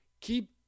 Keep